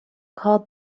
called